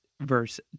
verse